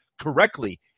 correctly